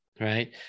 right